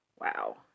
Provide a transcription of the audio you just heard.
Wow